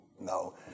no